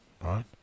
right